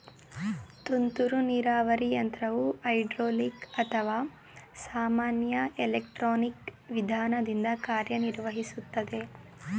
ತುಂತುರು ನೀರಾವರಿ ಯಂತ್ರವು ಹೈಡ್ರೋಲಿಕ್ ಅಥವಾ ಸಾಮಾನ್ಯ ಎಲೆಕ್ಟ್ರಾನಿಕ್ ವಿಧಾನದಿಂದ ಕಾರ್ಯನಿರ್ವಹಿಸುತ್ತದೆ